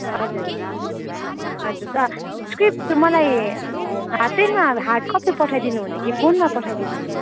हजुर हजुर त स्क्रिप्ट मलाई हातैमा हार्ड कपी पठाइदिनु हुने कि फोनमा पठाइदिनु हुने